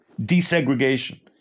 desegregation